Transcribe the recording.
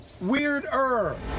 Weirder